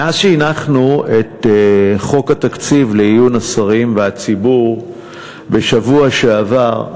מאז הנחנו את חוק התקציב לעיון השרים והציבור בשבוע שעבר,